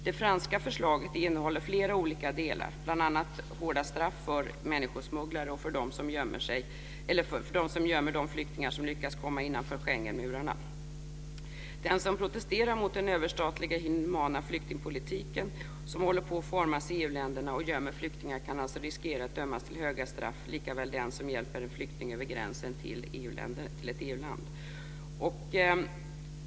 Det franska förslaget innehåller flera olika delar bl.a. hårda straff för människosmugglare och för dem som gömmer de flyktingar som lyckats komma innanför Schengenmurarna. Den som protesterar mot den överstatliga inhumana flyktingpolitik som håller på att formas i EU-länderna och gömmer flyktingar kan riskera att dömas till höga straff, likaväl som den som hjälper en flykting över gränsen till ett EU-land.